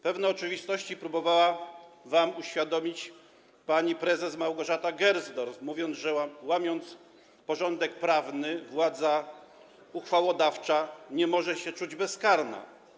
Pewne oczywistości próbowała wam uświadomić pani prezes Małgorzata Gersdorf, mówiąc, że łamiąc porządek prawny, władza ustawodawcza nie może czuć się bezkarna.